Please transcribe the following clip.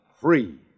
Free